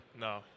No